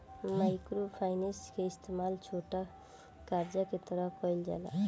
micro finance के इस्तमाल छोटा करजा के तरह कईल जाला